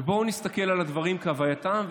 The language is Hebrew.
בואו נסתכל על הדברים כהווייתם,